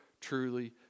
truly